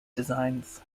designs